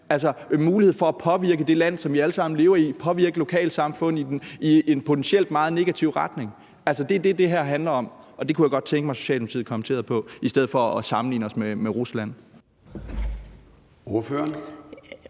muligheden for at påvirke det land, som vi alle sammen lever i, og påvirke lokalsamfund i en potentielt meget negativ retning. Det er det, det her handler om, og det kunne jeg godt tænke mig at Socialdemokratiet kommenterede på i stedet for at sammenligne os med Rusland.